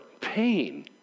pain